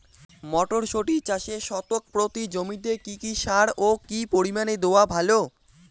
মটরশুটি চাষে শতক প্রতি জমিতে কী কী সার ও কী পরিমাণে দেওয়া ভালো?